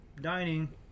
dining